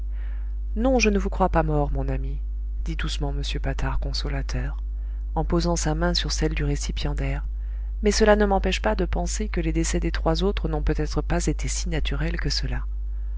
non je ne vous crois pas mort mon ami dit doucement m patard consolateur en posant sa main sur celle du récipiendaire mais cela ne m'empêche pas de penser que les décès des trois autres n'ont peut-être pas été si naturels que cela